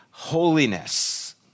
Holiness